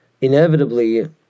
inevitably